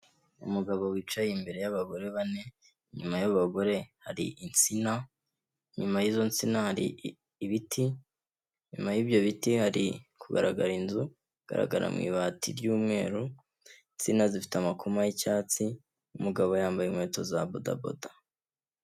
Umugabo wicaye imbere y'abagore bane, inyuma y'abo abagore hari insina, inyuma y'izo nsina hari ibiti, inyuma y'ibyo biti hari kugaragara inzu igaragara mu ibati ry'umweru, insina zifite amakoma y'icyatsi, umugabo yambaye inkweto za bodaboda.